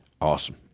awesome